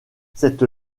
cette